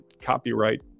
copyright